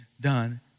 done